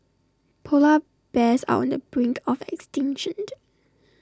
Polar Bears are on the brink of extinction